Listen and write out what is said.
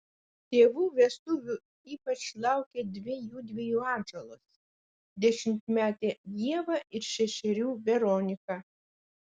tėvų vestuvių ypač laukė dvi jųdviejų atžalos dešimtmetė ieva ir šešerių veronika